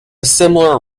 similar